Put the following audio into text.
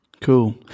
Cool